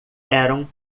eram